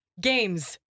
Games